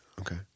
okay